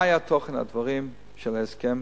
מה היה תוכן הדברים של ההסכם?